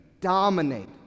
dominate